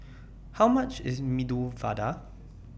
How much IS Medu Vada